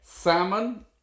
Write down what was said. Salmon